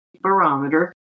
barometer